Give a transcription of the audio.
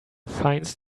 finds